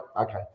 okay